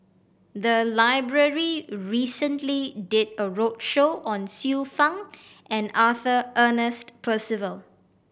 the library recently did a roadshow on Xiu Fang and Arthur Ernest Percival